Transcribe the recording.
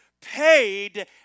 paid